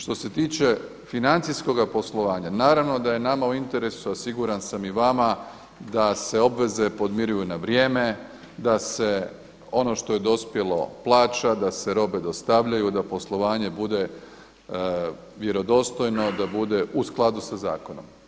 Što se tiče financijskog poslovanja naravno da je nama u interesu, a siguran sam i vama da se obveze podmiruju na vrijeme, da se ono što je dospjelo plaća, da se robe dostavljaju, da poslovanje bude vjerodostojno, da bude u skladu sa zakonom.